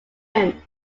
him